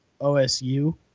OSU